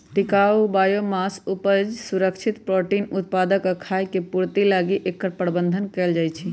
टिकाऊ बायोमास उपज, सुरक्षित प्रोटीन उत्पादक आ खाय के पूर्ति लागी एकर प्रबन्धन कएल जाइछइ